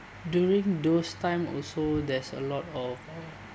during those time also there's a lot of